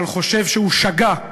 אבל חושב שהוא שגה.